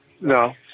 No